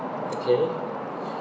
okay